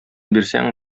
бирсәң